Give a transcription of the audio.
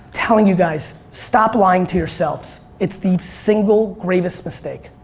telling you guys. stop lying to yourselves. it's the single greatest mistake.